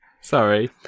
sorry